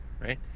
right